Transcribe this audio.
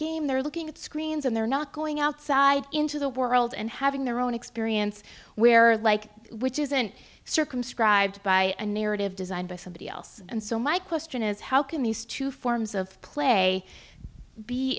game they're looking at screens and they're not going outside into the world and having their own experience where are like which isn't circumscribed by a narrative designed by somebody else and so my question is how can these two forms of play be